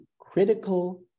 critical